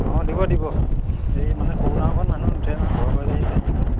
অঁ দিব দিব এই মানে সৰু নাওখনত মানুহ নুঠে নহয় ভয় কৰে যে সেই কেছটোৰ পা